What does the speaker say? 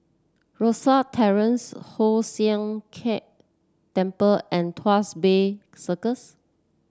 Rosyth Terrace Hoon Sian Keng Temple and Tuas Bay Circles